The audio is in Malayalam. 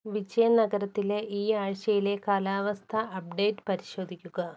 വിജയനഗരത്തിലെ ഈ ആഴ്ചയിലെ കാലാവസ്ഥ അപ്ഡേറ്റ് പരിശോധിക്കുക